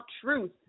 truth